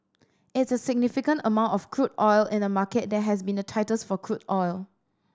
it's a significant amount of crude oil in a market that has been the tightest for crude oil